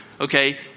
Okay